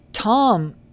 Tom